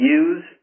use